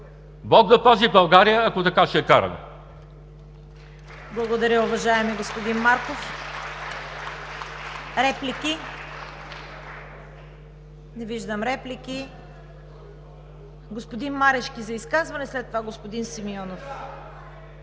Бог да пази България, ако така ще я караме!